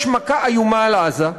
יש מכה איומה על עזה,